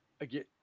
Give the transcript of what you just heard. Again